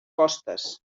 costes